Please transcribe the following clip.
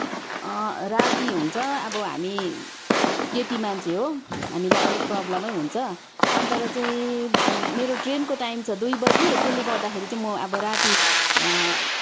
राति हुन्छ अब हामी केटी मान्छे हो हामीलाई अलिक प्रब्लेमै हुन्छ अन्त र चाहिँ मेरो ट्रेनको टाइम छ दुई बजी त्यसले गर्दाखेरि चाहिँ म अब राति